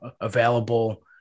available